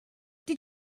did